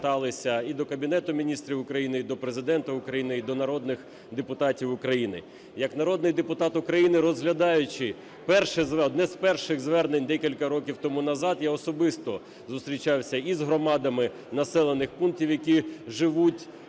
і до Кабінету Міністрів України, і до Президента України, і до народних депутатів України. Як народний депутат України, розглядаючи перше, одне з перших звернень декілька років тому назад, я особисто зустрічався і з громадами населених пунктів, які живуть по